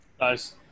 Nice